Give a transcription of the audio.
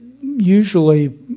Usually